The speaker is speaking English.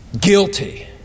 Guilty